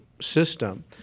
System